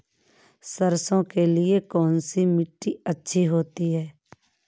सरसो के लिए कौन सी मिट्टी अच्छी होती है?